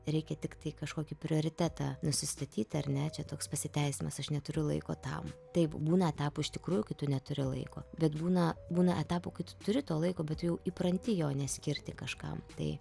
reikia tiktai kažkokį prioritetą nusistatyti ar ne čia toks pasiteisinimas aš neturiu laiko tam taip būna etapų iš tikrųjų tu neturi laiko bet būna būna etapų kai turi to laiko bet jau įpranti jo neskirti kažkam tai